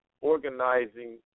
organizing